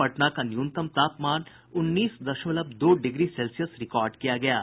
पटना का न्यूनतम तापमान उन्नीस दशमवल दो डिग्री सेल्सियस रिकॉर्ड किया गया है